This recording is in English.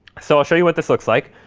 so i'll show you what this looks like.